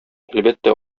әлбәттә